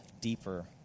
deeper